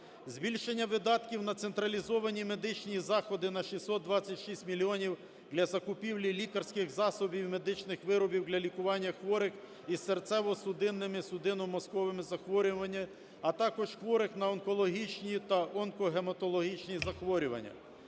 збільшення видатків на централізовані медичні заходи на 626 мільйонів для закупівлі лікарських засобів, медичних виробів для лікування хворих із серцево-судинними, судино-мозковими захворюваннями, а також хворих на онкологічні та онкогематологічні захворювання;